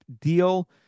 deal